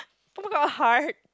oh-my-god heart